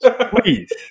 Please